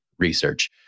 research